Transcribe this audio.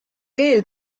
keel